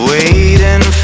Waiting